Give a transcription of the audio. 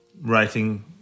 writing